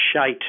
shite